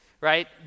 right